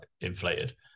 inflated